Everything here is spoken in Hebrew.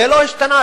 זה לא השתנה.